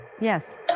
yes